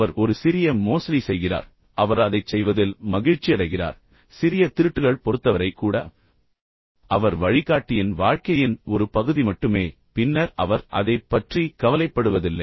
அவர் ஒரு சிறிய மோசடி செய்கிறார் அவர் அதைச் செய்வதில் மகிழ்ச்சியடைகிறார் எனவே சிறிய திருட்டுகள் மற்றும் எல்லாவற்றையும் பொறுத்தவரை கூட அவர் வழிகாட்டியின் வாழ்க்கையின் ஒரு பகுதி மட்டுமே பின்னர் அவர் அதைப் பற்றி கவலைப்படுவதில்லை